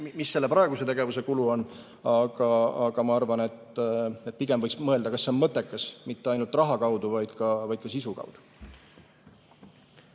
mis selle praeguse tegevuse kulu on, aga ma arvan, et pigem võiks mõelda, kas see on mõttekas, mitte ainult raha poolest, vaid ka sisu